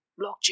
blockchain